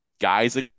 guys